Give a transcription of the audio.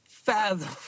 Fathom